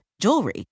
jewelry